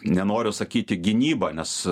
nenoriu sakyti gynyba nes